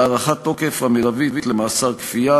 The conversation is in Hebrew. הארכת התוקף המרבית למאסר כפייה),